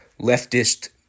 leftist